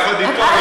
ביחד איתו,